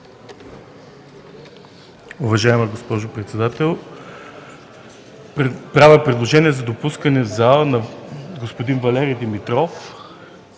Уважаема госпожо председател, правя предложение за допускане в залата на проф. Валери Димитров,